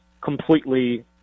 completely